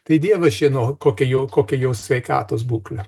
tai dievas žino kokia jo kokia jo sveikatos būklė